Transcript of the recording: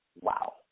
Wow